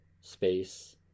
space